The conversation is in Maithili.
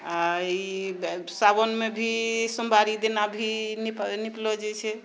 आ ई सावनमे भी सोमवारी दिना भी निपल निपलो जाइत छै